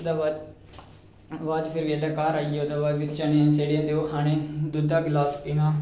ओह्दे बाद च बाद च फिर जेल्लै घर आई गे ओह्दे बाद फिर चने सेड़े दे होंदे ओह् खाने दुद्धै दा गलास पीना